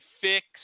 fix